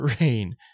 rain